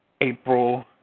April